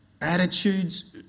attitudes